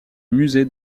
musée